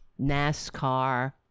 NASCAR